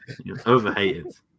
overhated